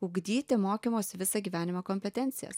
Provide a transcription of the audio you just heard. ugdyti mokymosi visą gyvenimą kompetencijas